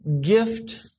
gift